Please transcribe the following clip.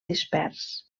dispers